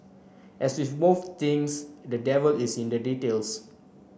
as with most things the devil is in the details